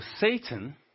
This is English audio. Satan